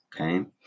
okay